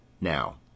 Now